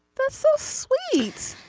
that's so sweet.